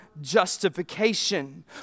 justification